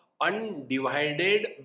undivided